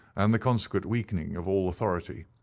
and the consequent weakening of all authority.